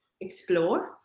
explore